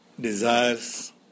desires